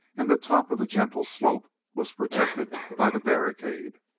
and the top of the gentle slope was protected by the barricade.